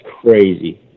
crazy